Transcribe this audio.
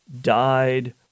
died